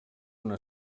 una